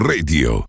Radio